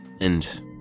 And